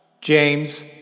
James